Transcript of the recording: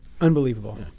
Unbelievable